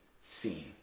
seen